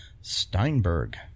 Steinberg